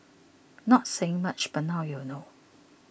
not saying much but now you know